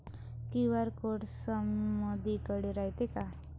QR code समदीकडे रायतो का?